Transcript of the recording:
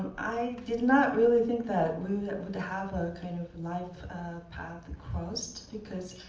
i did not really think that we would have a kind of life path and crossed, because